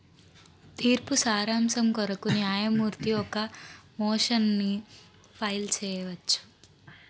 తీర్పు సారాంశం కొరకు న్యాయమూర్తి ఒక మోషన్ని ఫైల్ చేయవచ్చు